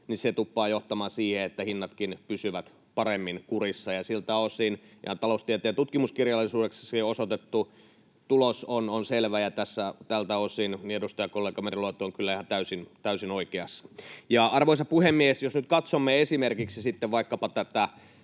se tuppaa johtamaan siihen, että hinnatkin pysyvät paremmin kurissa. Siltä osin ihan taloustieteen tutkimuskirjallisuudessakin osoitettu tulos on selvä, ja tältä osin edustajakollega Meriluoto on kyllä ihan täysin oikeassa. Arvoisa puhemies! Jos nyt katsomme esimerkiksi sitten